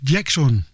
Jackson